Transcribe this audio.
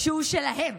כשהוא שלהם.